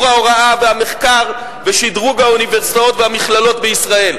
ההוראה והמחקר ושדרוג האוניברסיטאות והמכללות בישראל.